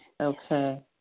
Okay